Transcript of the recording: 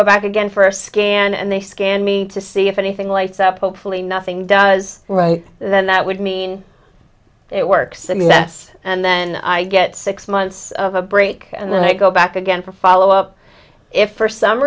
go back again for a scan and they scan me to see if anything lights up hopefully nothing does right then that would mean it works unless and then i get six months of a break and then i go back again for follow up if for some